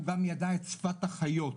הוא גם ידע את שפת החיות,